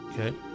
Okay